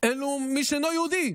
הוא מי שאינו יהודי,